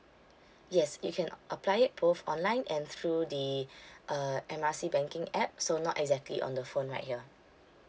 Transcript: yes you can apply it both online and through the uh M R C banking app so not exactly on the phone right here